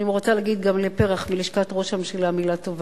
אני רוצה להגיד גם לפרח מלשכת ראש הממשלה מלה טובה.